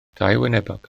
dauwynebog